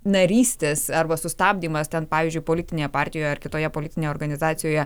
narystės arba sustabdymas ten pavyzdžiui politinėje partijoje ar kitoje politinėje organizacijoje